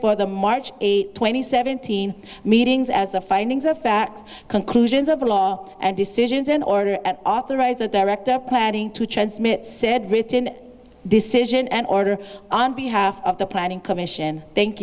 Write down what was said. for the march eight twenty seventeen meetings as the findings of fact conclusions of law and decisions in order and authorize the director planning to transmit said written decision and order on behalf of the planning commission thank